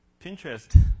Pinterest